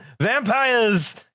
vampires